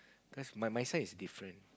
cause my my son is different